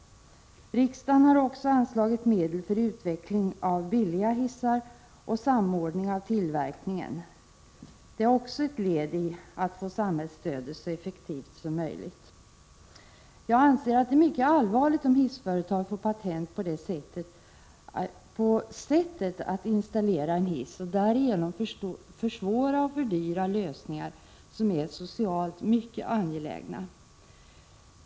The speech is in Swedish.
Riksdagen har också anslagit medel för utveckling av billiga hissar och för samordning av tillverkningen. Detta är också ett led i att få samhällsstödet så effektivt som möjligt. Jag anser att det är mycket allvarligt om hissföretag får patent på sättet att installera en hiss och därigenom kan försvåra och fördyra lösningar som är socialt mycket angelägna.